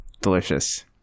Delicious